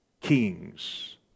kings